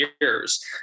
years